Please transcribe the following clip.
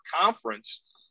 conference